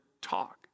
talk